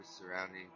surrounding